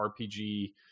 RPG